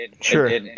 Sure